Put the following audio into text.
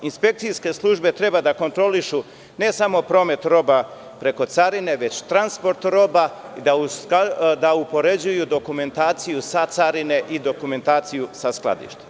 Inspekcijske službe treba da kontrolišu ne samo promet roba preko carine, već transport roba, da upoređuju dokumentaciju sa carine i dokumentaciju sa skladišta.